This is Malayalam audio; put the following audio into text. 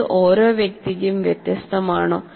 ഇത് ഓരോ വ്യക്തിക്കും വ്യത്യസ്തമാണോ